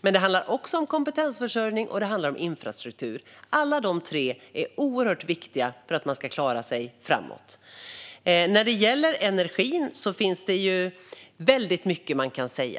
Men det handlar också om kompetensförsörjning och om infrastruktur. Alla de tre är oerhört viktiga för att man ska klara sig framöver. När det gäller energin finns det mycket att säga.